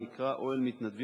הנקרא "אוהל מתנדבים",